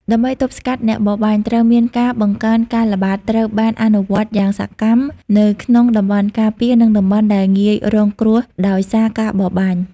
ដើម្បីទប់ស្កាត់អ្នកបរបាញ់ ត្រូវមានការបង្កើនការល្បាត ត្រូវបានអនុវត្តយ៉ាងសកម្មនៅក្នុងតំបន់ការពារ និងតំបន់ដែលងាយរងគ្រោះដោយសារការបរបាញ់។